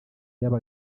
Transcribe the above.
y’aba